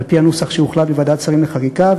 על-פי הנוסח שהוחלט בוועדת שרים לחקיקה,